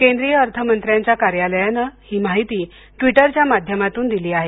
केंद्रीय अर्थमंत्र्यांच्या कार्यालयानं हि माहिती ट्विटरच्या माध्यमातून दिली आहे